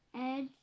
edge